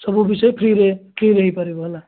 ସବୁ ବିଷୟ ଫ୍ରିରେ ଫ୍ରିରେ ହୋଇପାରିବ ହେଲା